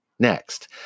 Next